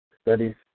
Studies